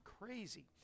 crazy